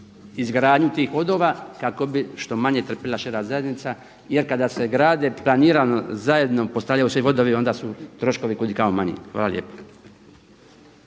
izgradnju tih vodova kako bi što manje trpila šira zajednica. Jer kada se grade planirano zajedno, postavljaju se i vodovi onda su troškovi kud i kamo manji. Hvala lijepa.